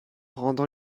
rendant